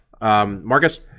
Marcus